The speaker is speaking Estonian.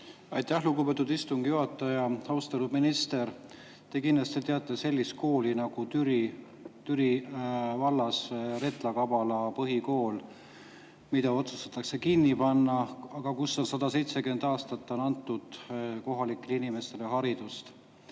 Aitäh, lugupeetud istungi juhataja! Austatud minister! Te kindlasti teate sellist kooli Türi vallas nagu Retla-Kabala Kool, mis otsustatakse kinni panna, aga kus on 170 aastat antud kohalikele inimestele haridust.